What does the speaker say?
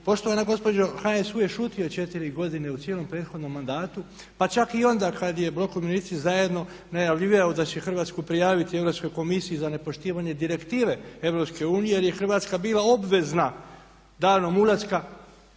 poštovana gospođo, HSU je šutio 4 godine u cijelom prethodnom mandatu, pa čak i onda kad je blok „Umirovljenici zajedno“ najavljivao da će Hrvatsku prijaviti Europskoj komisiji za nepoštivanje direktive Europske unije, jer je Hrvatska bila obvezna danom ulaska